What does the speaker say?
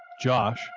Josh